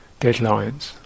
deadlines